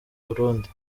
burundi